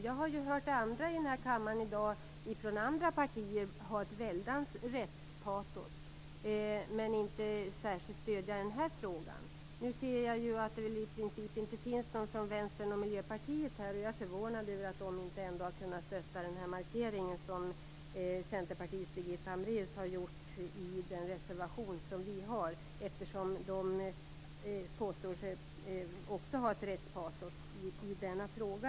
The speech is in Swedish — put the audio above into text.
Jag har hört representanter från andra partier här i dag som har ett stort rättspatos men som inte särskilt stöder denna fråga. Nu ser jag att det inte finns någon från Vänsterpartiet och Miljöpartiet här. Jag är förvånad över att de inte har gett sitt stöd för den markering som Centerpartiets Birgitta Hambraeus har gjort i vår reservation, eftersom de också påstår sig ha ett rättspatos i denna fråga.